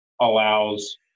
allows